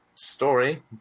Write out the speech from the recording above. Story